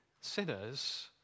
sinners